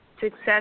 success